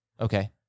Okay